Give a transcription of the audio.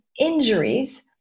injuries